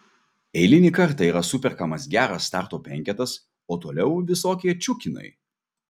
eilinį kartą yra superkamas geras starto penketas o toliau visokie čiukinai